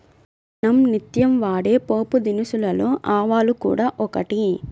మనం నిత్యం వాడే పోపుదినుసులలో ఆవాలు కూడా ఒకటి